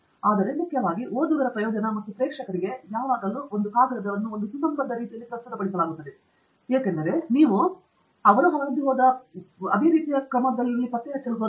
ಆದರೆ ಮುಖ್ಯವಾಗಿ ಓದುಗರ ಪ್ರಯೋಜನ ಮತ್ತು ಪ್ರೇಕ್ಷಕರಿಗೆ ಯಾವಾಗಲೂ ಕಾಗದವನ್ನು ಒಂದು ಸುಸಂಬದ್ಧ ರೀತಿಯಲ್ಲಿ ಪ್ರಸ್ತುತಪಡಿಸಲಾಗುತ್ತದೆ ಏಕೆಂದರೆ ನೀವು ಅದನ್ನು ಪತ್ತೆಹಚ್ಚುವ ಮೂಲಕ ಹೋದ ಅದೇ ಚಿತ್ರಹಿಂಸೆ ಮೂಲಕ ರೀಡರ್ ಹೋಗಲು ಬಯಸುವುದಿಲ್ಲ